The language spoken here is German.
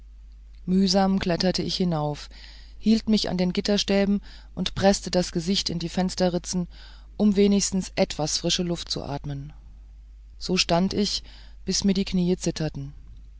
mühsam kletterte ich hinauf hielt mich an den gitterstäben und preßte das gesicht an die fensterritzen um wenigstens etwas frische luft zu atmen so stand ich bis mir die knie zitterten